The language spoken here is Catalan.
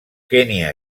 kenya